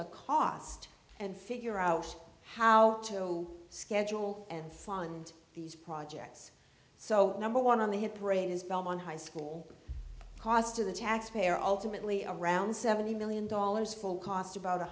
the cost and figure out how to schedule and find these projects so number one on the hit parade is belmont high school cost to the taxpayer ultimately around seventy million dollars full cost about